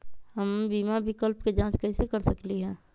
हम बीमा विकल्प के जाँच कैसे कर सकली ह?